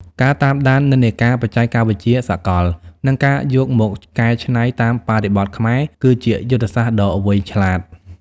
ការតាមដាននិន្នាការបច្ចេកវិទ្យាសកល និងការយកមកកែច្នៃតាមបរិបទខ្មែរគឺជាយុទ្ធសាស្ត្រដ៏វៃឆ្លាត។